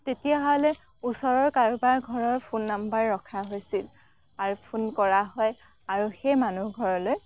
তেতিয়াহ'লে ওচৰৰ কাৰোবাৰ ঘৰৰ ফোন নাম্বাৰ ৰখা হৈছিল আৰু ফোন কৰা হয় আৰু সেই মানুহঘৰলৈ